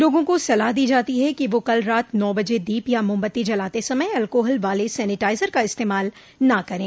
लोगों को सलाह दी जाती है कि वे कल रात नौ बजे दोप या मोमबत्ती जलाते समय एल्कोहल वाले सेनेटाइजर का इस्तेामाल न करें